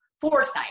foresight